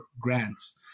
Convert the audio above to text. grants